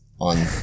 on